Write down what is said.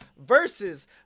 Versus